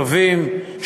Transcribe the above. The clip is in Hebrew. טובים,